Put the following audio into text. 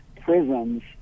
prisons